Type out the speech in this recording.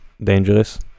dangerous